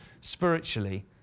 spiritually